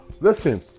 Listen